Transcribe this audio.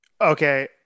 Okay